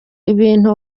ibintu